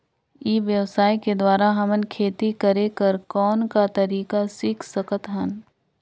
ई व्यवसाय के द्वारा हमन खेती करे कर कौन का तरीका सीख सकत हन?